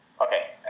Okay